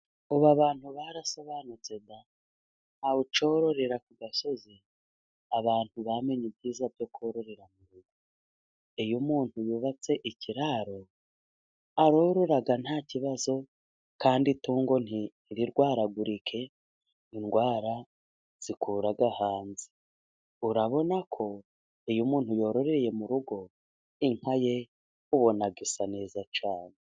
Ubu abantu barasobanutse da, ntawucyororera ku gasozi, abantu bamenye ibyiza, byo kororera mu rugo, iyo umuntu yubatse ikiraro, arorora nta kibazo, kand'itungo ntirirwaragurike, indwara zikura hanze, urabona ko iyo umuntu yororeye mu rugo, inka ye ubona, isa neza cyane.